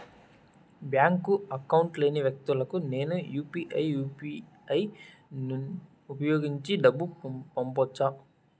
Bank account లేని వ్యక్తులకు నేను యు పి ఐ యు.పి.ఐ ను ఉపయోగించి డబ్బు పంపొచ్చా?